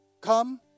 Come